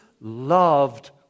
loved